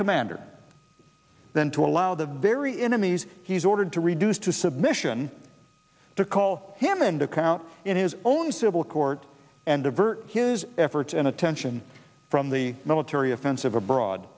commander than to allow the very intimate he's ordered to reduce to submission to call him and account in his own civil court and divert effort and attention from the military offensive abroad